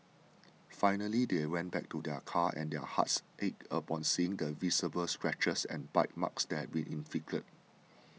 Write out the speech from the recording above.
finally they went back to their car and their hearts ached upon seeing the visible scratches and bite marks that had been inflicted